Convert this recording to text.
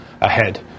ahead